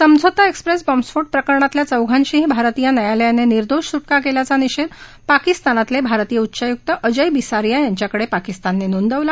समझोता एक्सप्रेस बॉम्बस्फोट प्रकरणातल्या चौघांचीही भारतीय न्यायालयाने निर्दोष सुटका केल्याचा निषेध पाकिस्तानातले भारतीय उच्चायुक्त अजय बिसारिया यांच्याकडे पाकिस्तानने नोंदवला